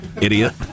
Idiot